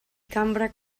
cambra